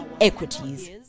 Equities